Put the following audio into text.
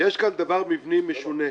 יש כאן דבר מבני משונה.